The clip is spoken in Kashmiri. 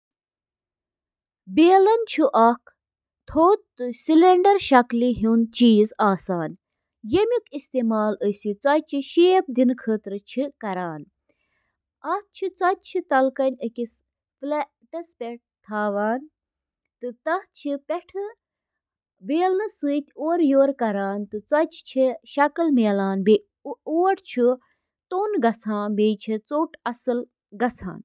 اکھ ڈیجیٹل کیمرا، یتھ ڈیجیکم تہِ ونان چھِ، چھُ اکھ کیمرا یُس ڈیجیٹل میموری منٛز فوٹو رٹان چھُ۔ ایمِچ کٲم چِھ کُنہِ چیزٕ یا موضوع پیٹھہٕ لائٹ ایکہِ یا زیادٕہ لینزٕ کہِ ذریعہِ کیمراہس منز گزران۔ لینس چھِ گاشَس کیمراہَس منٛز ذخیرٕ کرنہٕ آمٕژ فلمہِ پٮ۪ٹھ توجہ دِوان۔